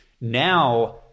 Now